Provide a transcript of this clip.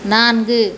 நான்கு